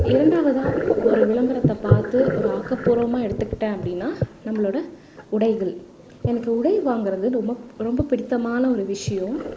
இரண்டாவதாக ஒரு விளம்பரத்தை பார்த்து ஒரு ஆக்கப்பூர்வமாக எடுத்துக்கிட்டேன் அப்படின்னா நம்மளோட உடைகள் எனக்கு உடை வாங்கிறது ரொம்ப ரொம்ப பிடித்தமான ஒரு விஷயம்